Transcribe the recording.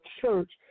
church